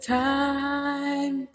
time